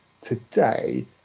today